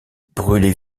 brûlée